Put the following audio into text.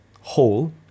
hole